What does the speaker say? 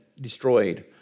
destroyed